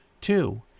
Two